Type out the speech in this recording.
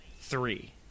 three